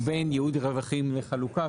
ובין ייעוד רווחים לחלוקה,